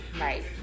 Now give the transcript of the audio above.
right